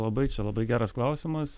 labai čia labai geras klausimas